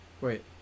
Wait